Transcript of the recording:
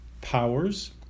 powers